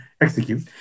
execute